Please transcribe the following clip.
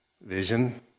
vision